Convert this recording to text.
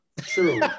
True